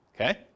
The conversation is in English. Okay